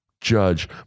judge